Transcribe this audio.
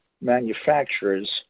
manufacturers